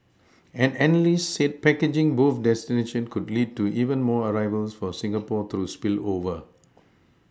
an analyst said packaging both destinations could lead to even more arrivals for Singapore through spillover